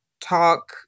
talk